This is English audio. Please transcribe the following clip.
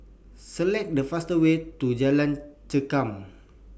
Select The faster Way to Jalan Chengam